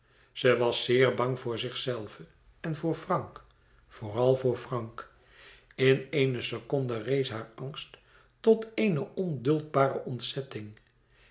ze was zeer bang voor zichzelve en voor frank vooral voor frank in eene seconde rees haar angst tot eene onduldbare ontzetting